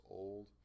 old